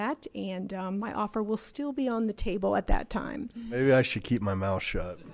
that and my offer will still be on the table at that time maybe i should keep my mouth sh